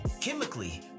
chemically